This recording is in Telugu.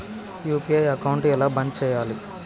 యూ.పీ.ఐ అకౌంట్ ఎలా బంద్ చేయాలి?